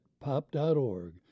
pop.org